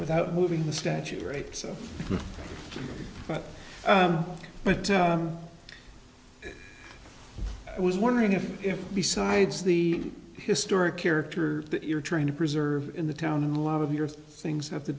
without moving the statue great so but but i was wondering if if besides the historic character that you're trying to preserve in the town and a lot of your things have to